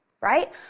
right